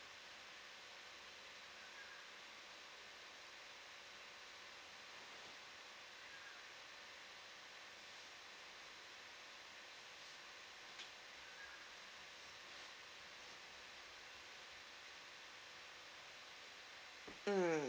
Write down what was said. mm